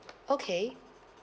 okay